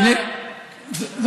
התשובה: לא.